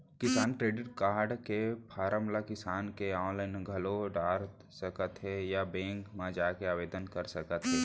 किसान credit card के form ल किसान ह आनलाइन घलौ डार सकत हें या बेंक म जाके आवेदन कर सकत हे